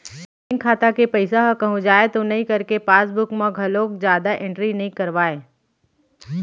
bank खाता के पइसा ह कहूँ जाए तो नइ करके पासबूक म घलोक जादा एंटरी नइ करवाय